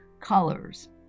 Colors